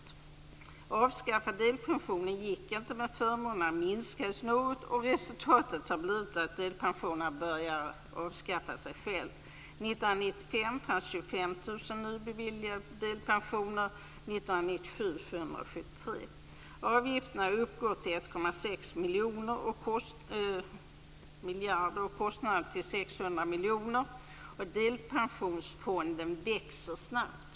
Att avskaffa delpensionen gick inte, men förmånerna minskades något. Resultatet är att delpensionen börjar avskaffa sig själv. År 1995 fanns det 25 000 nybeviljade delpensioner. Motsvarande siffra år 1997 var 773. Avgifterna uppgår till 1,6 miljarder kronor och kostnaderna till 600 miljoner kronor. Delpensionsfonden växer snabbt.